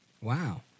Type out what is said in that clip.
Wow